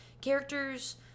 Characters